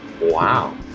Wow